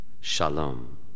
Shalom